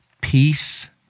peace